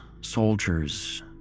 soldiers